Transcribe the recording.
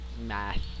Math